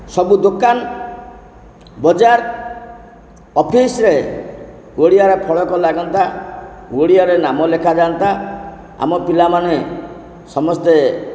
ସବୁ ଦୋକାନ ବଜ଼ାର ଅଫିସ୍ରେ ଓଡ଼ିଆର ଫଳକ ଲାଗନ୍ତା ଓଡ଼ିଆରେ ନାମ ଲେଖାଯାଆନ୍ତା ଆମ ପିଲାମାନେ ସମସ୍ତେ